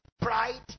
Pride